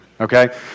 okay